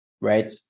right